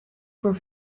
voor